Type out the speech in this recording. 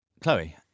Chloe